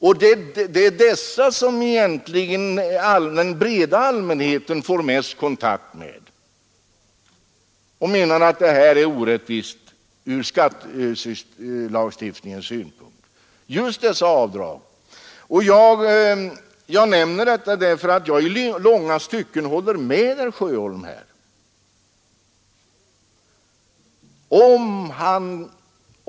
Och det är avdragen som den breda allmänheten får mest kontakt med och menar är orättvisa. Jag nämner detta därför att jag i långa stycken håller med herr Sjöholm på denna punkt.